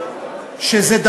לא נכון.